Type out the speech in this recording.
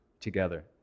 together